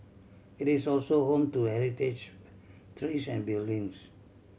it is also home to heritage trees and buildings